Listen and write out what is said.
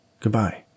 Goodbye